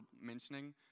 mentioning